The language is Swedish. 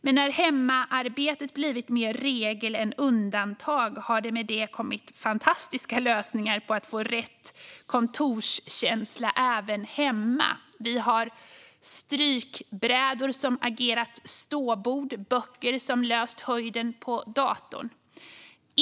Men när hemarbete har blivit mer regel än undantag har det kommit fantastiska lösningar på att få rätt kontorskänsla även hemma. Våra strykbrädor har agerat ståbord, och böcker har fixat höjden på datorn.